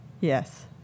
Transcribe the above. Yes